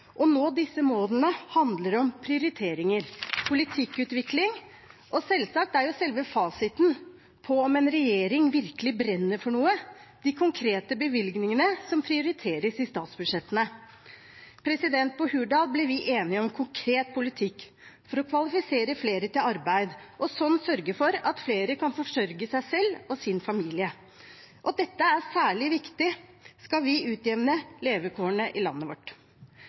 å være helt konkret: Å nå disse målene handler om prioriteringer, politikkutvikling og selvsagt er selve fasiten på om en regjering virkelig brenner for noe, de konkrete bevilgningene som prioriteres i statsbudsjettene. På Hurdal ble vi enige om konkret politikk for å kvalifisere flere til arbeid og slik sørge for at flere kan forsørge seg selv og sin familie. Dette er særlig viktig skal vi utjevne levekårene i landet vårt.